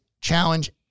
challenge